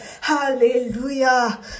Hallelujah